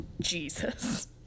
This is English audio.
Jesus